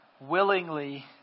willingly